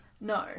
No